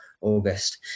august